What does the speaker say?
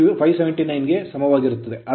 ಆದ್ದರಿಂದ r2 0